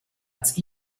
ans